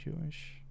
Jewish